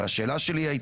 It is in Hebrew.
שאלתי: